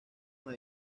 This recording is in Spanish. una